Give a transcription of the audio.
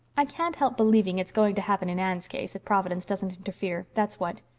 i can't help believing it's going to happen in anne's case, if providence doesn't interfere, that's what.